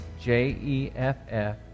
j-e-f-f